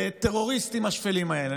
ערוץ תקשורת שיושב בתוך מדינת ישראל,